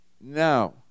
Now